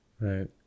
Right